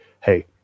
hey